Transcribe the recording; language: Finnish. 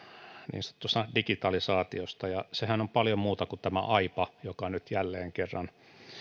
niin sanotusta digitalisaatiosta ja sehän on paljon muuta kuin tämä aipa joka nyt jälleen kerran